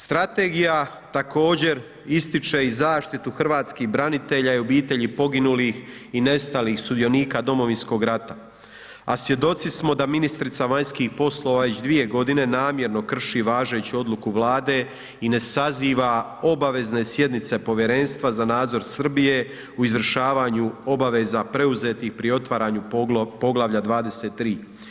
Strategija također ističe i zaštitu Hrvatskih branitelja i obitelji poginulih i nestalih sudionika Domovinskog rata, a svjedoci smo da ministrica vanjskih poslova već dvije godine namjerno krši važeću odluku Vlade i ne saziva obavezne sjednice Povjerenstva za nadzor Srbije u izvršavanja obaveza preuzetih pri otvaranju Poglavlja 23.